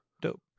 Dope